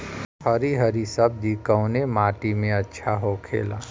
हरी हरी सब्जी कवने माटी में अच्छा होखेला?